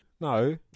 No